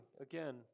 again